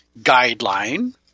guideline